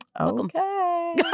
Okay